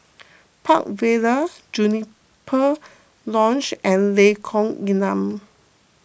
Park Vale Juniper Lodge and Lengkong Enam